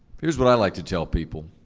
here's what i like to tell people.